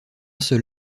seul